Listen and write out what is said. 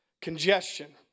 congestion